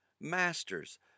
masters